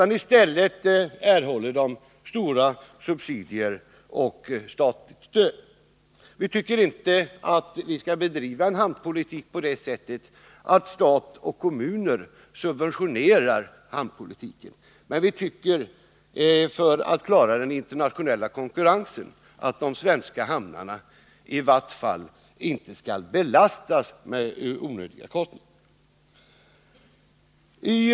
I stället erhåller de stora statliga subsidier. Vi tycker inte att Sverige skall bedriva en sådan hamnpolitik att stat och kommuner skall subventionera hamnarna, men vi tycker att de svenska hamnarna, för att klara den internationella konkurrensen, i vart fall inte skall belastas med kostnader, som dessa kontinenthamnar icke har.